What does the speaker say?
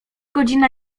godzina